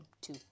two